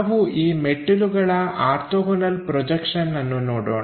ನಾವು ಈ ಮೆಟ್ಟಿಲುಗಳ ಆರ್ಥೋಗೋನಲ್ ಪ್ರೊಜೆಕ್ಷನ್ಅನ್ನು ನೋಡೋಣ